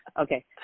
Okay